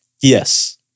Yes